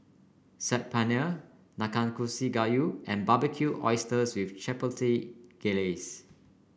Saag Paneer Nanakusa Gayu and Barbecued Oysters with Chipotle Glaze